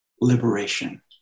liberation